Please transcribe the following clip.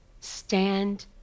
Stand